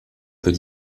peut